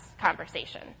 conversation